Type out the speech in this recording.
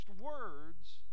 words